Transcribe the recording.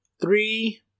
three